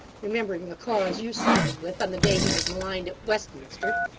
remembering the cause you sided with, on the day he was maligned at westminster.